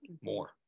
more